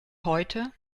heute